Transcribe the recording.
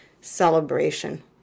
celebration